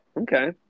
Okay